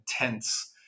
intense